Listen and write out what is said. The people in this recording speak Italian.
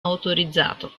autorizzato